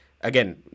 again